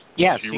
Yes